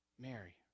Mary